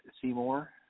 Seymour